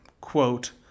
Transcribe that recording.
Quote